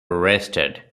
arrested